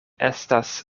estas